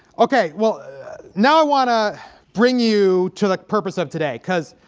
okay, well now i want to bring you to the purpose of today because